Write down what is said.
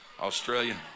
Australian